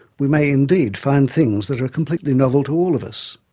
we may indeed find things that are completely novel to all of us,